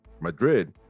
Madrid